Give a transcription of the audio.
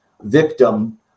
victim